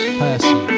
person